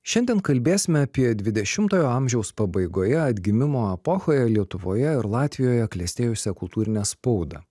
šiandien kalbėsime apie dvidešimtojo amžiaus pabaigoje atgimimo epochoje lietuvoje ir latvijoje klestėjusią kultūrinę spaudą